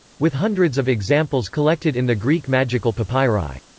with hundreds of examples collected in the greek magical papyri.